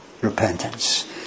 repentance